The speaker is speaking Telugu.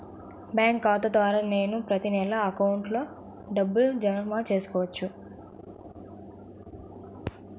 బ్యాంకు ఖాతా ద్వారా నేను ప్రతి నెల అకౌంట్లో డబ్బులు జమ చేసుకోవచ్చా?